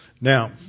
Now